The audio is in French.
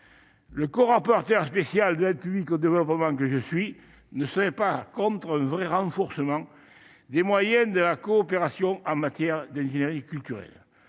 Le corapporteur spécial de l'aide publique au développement que je suis ne serait pas opposé à un véritable renforcement des moyens de la coopération en matière d'ingénierie culturelle.